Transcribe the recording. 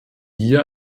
hier